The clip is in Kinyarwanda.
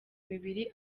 mibiri